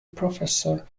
professor